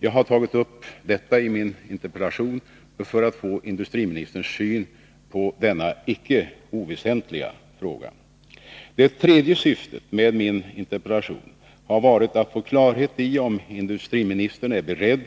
Jag har tagit upp detta i min interpellation för att få industriministerns syn på denna icke oväsentliga fråga. Det tredje syftet med min interpellation har varit att få klarhet i om industriministern är beredd